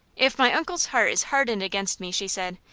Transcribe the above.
if my uncle's heart is hardened against me, she said,